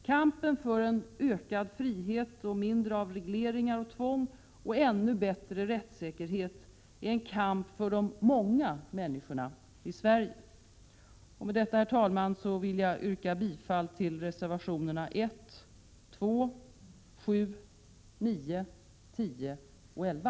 Kampen för en ökad frihet, för mindre av regleringar och tvång och ännu bättre rättssäkerhet är en kamp för de många människorna i Sverige. Med detta, herr talman, yrkar jag bifall till reservationerna 1, 2, 7, 9, 10 och 11.